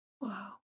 Wow